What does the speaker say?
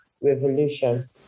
revolution